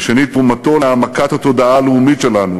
ושנית, תרומתו להעמקת התודעה הלאומית שלנו